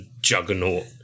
juggernaut